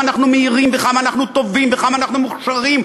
אנחנו מהירים וכמה אנחנו טובים וכמה אנחנו מוכשרים,